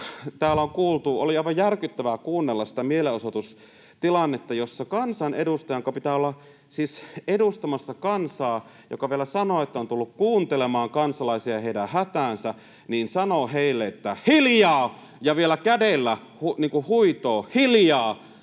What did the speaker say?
— oli aivan järkyttävää kuunnella sitä mielenosoitustilannetta. Kansanedustaja, jonka pitää olla siis edustamassa kansaa ja joka vielä sanoo, että on tullut kuuntelemaan kansalaisia, heidän hätäänsä, sanoo heille, että hiljaa, ja vielä kädellä huitoo: ”Hiljaa!”